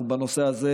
בנושא הזה,